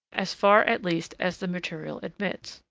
as far at least as the material admits.